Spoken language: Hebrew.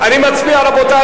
קבוצת סיעת בל"ד,